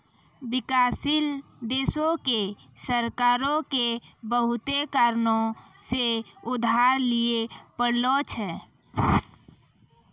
विकासशील देशो के सरकारो के बहुते कारणो से उधार लिये पढ़ै छै